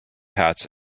hats